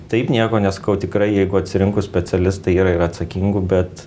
taip nieko nesakau tikrai jeigu atsirinkus specialistą yra ir atsakingų bet